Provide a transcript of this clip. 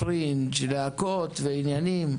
תיאטרון הפרינג', להקות ועניינים.